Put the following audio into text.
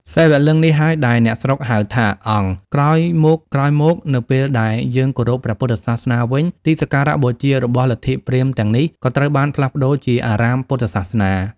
សិវលិង្គ នេះហើយដែលអ្នកស្រុកហៅថា "អង្គ" ក្រោយមកៗ នៅពេលដែលយើងគោរពព្រះពុទ្ធសាសនាវិញ ទីសក្ការៈបូជារបស់លទ្ធិព្រាហ្មណ៍ទាំងនេះក៏ត្រូវបានផ្លាស់ប្ដូរជាអារាមពុទ្ធសាសនា។